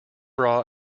bra